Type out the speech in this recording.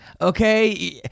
okay